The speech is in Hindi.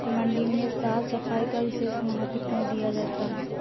मंडी में साफ सफाई का विशेष महत्व क्यो दिया जाता है?